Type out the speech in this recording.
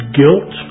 guilt